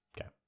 okay